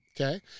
Okay